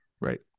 right